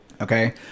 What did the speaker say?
Okay